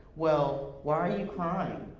well, why are you crying?